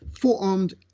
forearmed